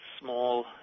small